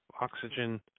oxygen